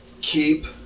keep